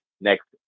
next